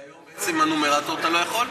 והיום, בעצם, עם הנומרטור אתה לא יכול?